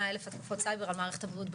אלף התקפות סייבר על מערכת הבריאות בחודש,